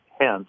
hence